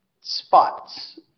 spots